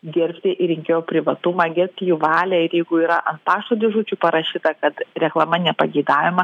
gerbti ir rinkėjo privatumą gerbti jų valią ir jeigu yra ant pašto dėžučių parašyta kad reklama nepageidaujama